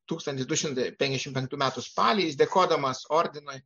tūkstantis du šimtai penkiasdešimt penktų metų spalį jis dėkodamas ordinui